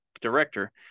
director